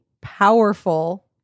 powerful